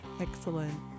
Excellent